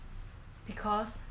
等一下我会被 stereotype